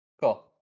Cool